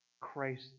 Christ